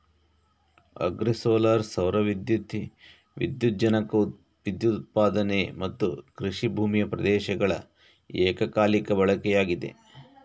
agri solar ಸೌರ ದ್ಯುತಿ ವಿದ್ಯುಜ್ಜನಕ ವಿದ್ಯುತ್ ಉತ್ಪಾದನೆ ಮತ್ತುಕೃಷಿ ಭೂಮಿಯ ಪ್ರದೇಶಗಳ ಏಕಕಾಲಿಕ ಬಳಕೆಯಾಗಿದೆ